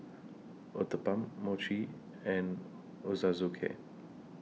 Uthapam Mochi and Ochazuke